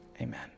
Amen